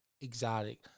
exotic